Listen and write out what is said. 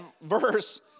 verse